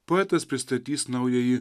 poetas pristatys naująjį